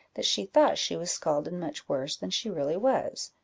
that she thought she was scalded much worse than she really was,